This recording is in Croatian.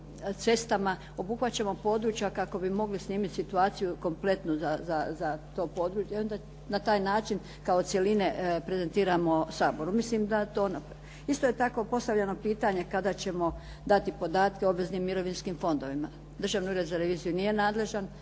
cestama, obuhvaćamo područja kako bi mogli snimiti situaciju kompletnu za to područje. Onda na taj način kao cjeline prezentiramo Saboru. Isto je tako postavljeno pitanje kada ćemo dati podatke obveznim mirovinskim fondovima. Državni ured za reviziju nije nadležan.